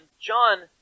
John